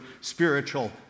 spiritual